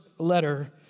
Letter